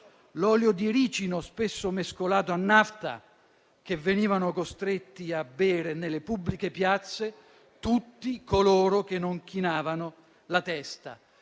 l'olio di ricino, spesso mescolato a nafta, che venivano costretti a bere nelle pubbliche piazze tutti coloro che non chinavano la testa.